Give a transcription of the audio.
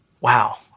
wow